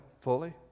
fully